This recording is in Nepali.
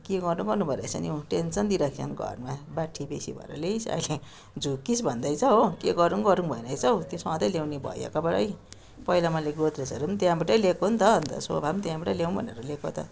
के गर्नु गर्नु भइरहेको छ नि हौ टेन्सन दिइरहेको छ नि घरमा बाट्ठी बेसी भएर ल्याइस अहिले झुक्किस भन्दैछ हो के गरूँ गरूँ भइरहेको छ त्यो सधैँ ल्याउने भैयाकोबाटै पहिला मैले गोद्रेजहरू त्यहाँबाटै ल्याएको नि त अन्त सोफा त्यहाँबाटै ल्याउँ भनेर ल्याएको त